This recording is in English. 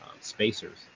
spacers